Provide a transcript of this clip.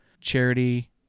Charity